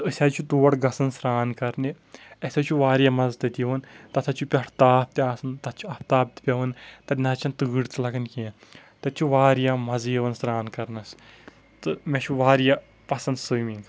تہٕ أسۍ حظ چھِ تور گژھان سرٛان کرنہِ اسہِ حظ چھِ واریاہ مزٕ تتہِ یِوان تتھ حظ چھُ پٮ۪ٹھٕ تاپھ تہِ آسان تتھ چھِ افتاب تہِ پٮ۪وان تتہِ نہ حظ چھنہٕ تۭر تہِ لگان کینٛہہ تتہِ چھُ واریاہ مزٕ یِوان سرٛان کرنس تہٕ مےٚ چھ واریاہ پسنٛد سُیمنٛگ